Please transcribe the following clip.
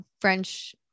French